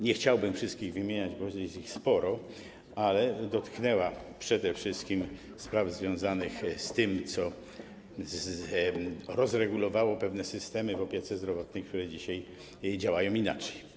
Nie chciałbym wszystkich wymieniać, bo jest ich sporo, ale dotknęła przede wszystkim spraw związanych z tym, co rozregulowało pewne systemy w opiece zdrowotnej, które dzisiaj działają inaczej.